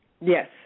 yes